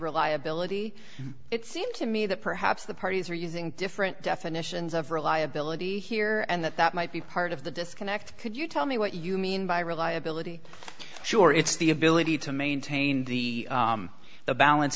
reliability it seems to me that perhaps the parties are using different definitions of reliability here and that that might be part of the disconnect could you tell me what you mean by reliability sure it's the ability to maintain the